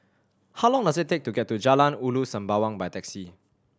how long does it take to get to Jalan Ulu Sembawang by taxi